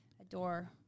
adore